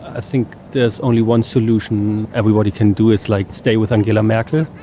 i think there's only one solution everybody can do, it's like stay with angela merkel.